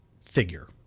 figure